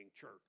church